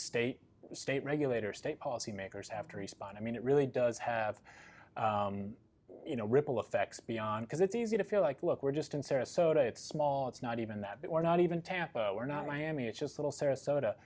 state state regulators state policymakers have to respond i mean it really does have you know ripple effects beyond because it's easy to feel like look we're just in sarasota it's small it's not even that but we're not even tampa we're not miami it's just little sarasota